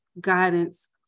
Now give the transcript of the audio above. guidance